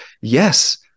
yes